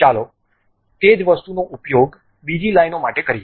ચાલો તે જ વસ્તુનો ઉપયોગ બીજી લાઇનો માટે કરીએ